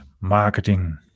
marketing